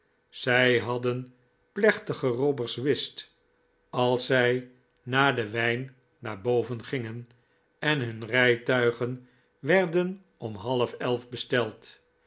zij hadden plechtige robbers whist als zij na den wijn naar boven gingen en hun rijtuigen werden om halfelf besteld